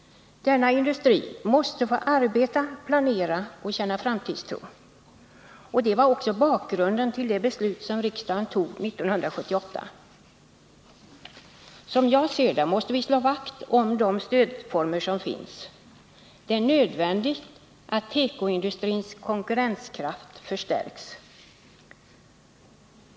Denna industri måste få arbeta, planera och känna framtidstro. Det var också bakgrunden till det beslut som riksdagen tog 1978. Som jag ser det, måste vi slå vakt om de stödformer som finns. Det är nödvändigt att tekoindustrins konkurrenskraft förstärks.